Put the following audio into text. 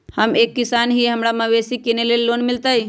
हम एक किसान हिए हमरा मवेसी किनैले लोन मिलतै?